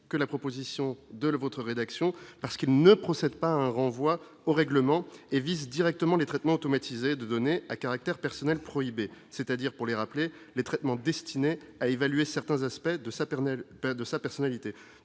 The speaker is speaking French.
que la proposition de l'votre rédaction parce qu'il ne procède pas un renvoi au règlement et vise directement les traitement automatisé de données à caractère personnel prohibé, c'est-à-dire pour les rappeler les traitements destinés à évaluer certains aspects de sa Pernel